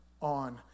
on